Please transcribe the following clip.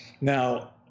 Now